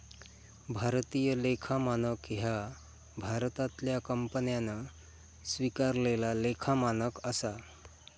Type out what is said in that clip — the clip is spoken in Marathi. भारतीय लेखा मानक ह्या भारतातल्या कंपन्यांन स्वीकारलेला लेखा मानक असा